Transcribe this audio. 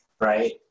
right